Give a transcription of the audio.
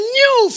new